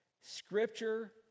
Scripture